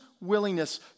willingness